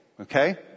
okay